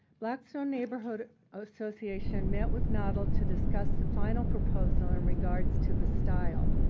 blackstone neighborhood association met with noddle to discuss the final proposal in regards to the style,